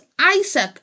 Isaac